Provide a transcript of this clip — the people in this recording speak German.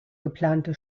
geplante